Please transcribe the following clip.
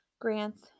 grants